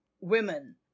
women